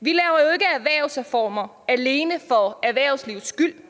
vi jo ikke laver erhvervsreformer alene for erhvervslivets skyld,